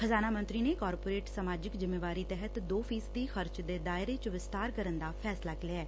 ਖਜ਼ਾਨਾ ਮੰਤਰੀ ਨੇ ਕਾਰਪੋਰੇਟ ਸਮਾਜਿਕ ਜਿੰਮੇਵਾਰੀ ਤਹਿਤ ਦੋ ਫ਼ੀਸਦੀ ਖਰਚ ਦੇ ਦਾਇਰੇ ਚ ਵਿਸਤਾਰ ਕਰਨ ਦਾ ਫੈਸਲਾ ਲਿਐ